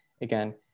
again